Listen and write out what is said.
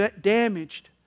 damaged